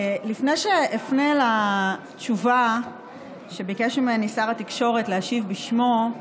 לפני שאפנה לתשובה שביקש ממני שר התקשורת להשיב בשמו,